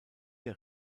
der